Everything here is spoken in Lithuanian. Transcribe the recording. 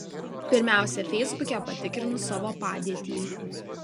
pirmiausia feisbuke patikrinu savo padėtį